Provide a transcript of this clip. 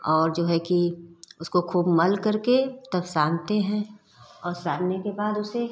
और जो है कि उसको खूब मलकर के तब सानते हैं और सानने के बाद उसे